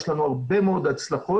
יש לנו הרבה מאוד הצלחות.